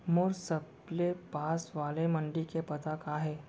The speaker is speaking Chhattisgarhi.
मोर सबले पास वाले मण्डी के पता का हे?